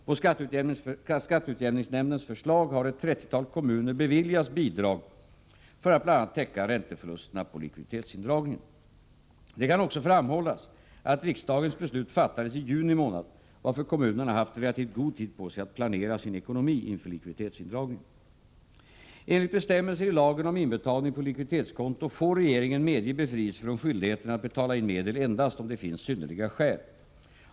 På skatteutjämningsnämndens förslag har ett trettiotal kommuner beviljats bidrag för att bl.a. täcka ränteförlusterna på likviditetsindragningen. Det kan också framhållas att riksdagens beslut fattades i juni månad, varför kommunerna haft relativt god tid på sig att planera sin ekonomi inför likviditetsindragningen. Enligt bestämmelser i lagen om inbetalning på likviditetskonto får regeringen medge befrielse från skyldigheten att betala in medel endast om det finns synnerliga skäl.